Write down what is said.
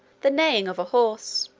the neighing of a horse